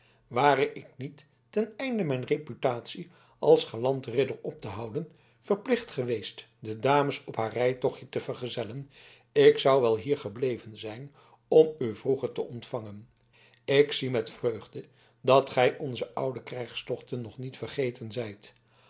ware ik niet ten einde mijn reputatie als galant ridder op te houden verplicht geweest de dames op haar rijtochtje te vergezellen ik zoude wel hier gebleven zijn om u vroeger te ontvangen ik zie met vreugde dat gij onze oude krijgstochten nog niet vergeten zijt